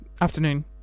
afternoon